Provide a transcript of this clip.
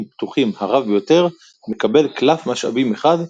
'פתוחים' הרב ביותר מקבל קלף משאבים אחד,